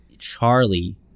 charlie